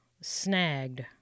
snagged